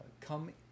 come